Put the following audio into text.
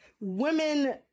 women